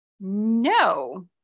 No